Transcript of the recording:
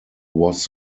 was